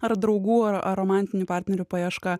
ar draugų ar romantinių partnerių paieška